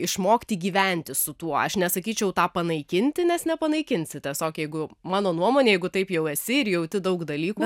išmokti gyventi su tuo aš nesakyčiau tą panaikinti nes nepanaikinti nes tiesiog jeigu mano nuomone jeigu taip jau esi ir jauti daug dalykų